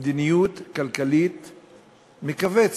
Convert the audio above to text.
מדיניות כלכלית מכווצת,